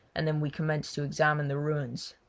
and then we commenced to examine the ruins.